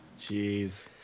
Jeez